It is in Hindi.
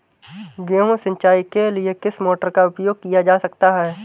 गेहूँ सिंचाई के लिए किस मोटर का उपयोग किया जा सकता है?